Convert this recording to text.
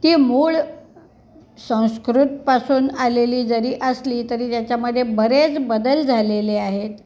ती मूळ संस्कृतपासून आलेली जरी असली तरी त्याच्यामध्ये बरेच बदल झालेले आहेत